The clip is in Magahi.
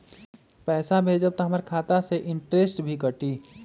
पैसा भेजम त हमर खाता से इनटेशट भी कटी?